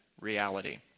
reality